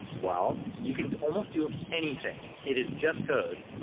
well, you can almost do anything. it is just code.